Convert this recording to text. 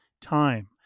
time